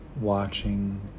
watching